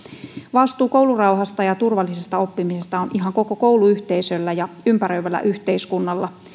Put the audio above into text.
vastuu koulurauhasta ja turvallisesta oppimisesta on ihan koko kouluyhteisöllä ja ympäröivällä yhteiskunnalla